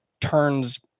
turns